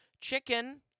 chicken